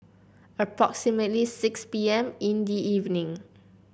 approximately six P M in the evening